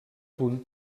punt